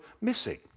missing